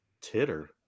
Titter